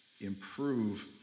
improve